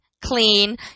clean